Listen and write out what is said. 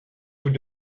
tout